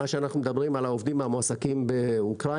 מה שאנחנו מדברים על העובדים המועסקים באוקראינה,